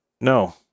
No